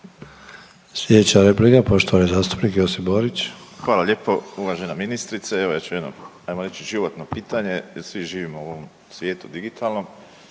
Slijedeća replika poštovani zastupnik Josip Borić. **Borić, Josip (HDZ)** Hvala lijepo. Uvažena ministrica evo ja ću jedno ajmo reći životno pitanje, svi živimo u ovom svijetu digitalnom,